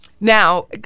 Now